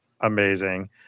amazing